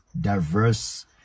diverse